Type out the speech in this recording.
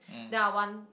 then I want